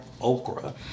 Okra